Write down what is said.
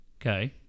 Okay